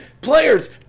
players